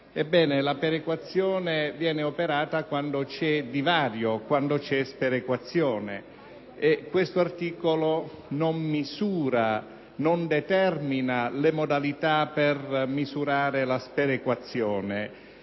Ebbene, la perequazione viene operata quando c'è divario, sperequazione, ma questo articolo non determina le modalità per misurare la sperequazione